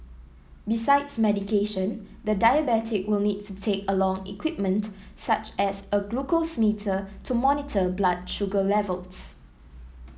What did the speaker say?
besides medication the diabetic will need to take along equipment such as a glucose meter to monitor blood sugar levels